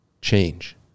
change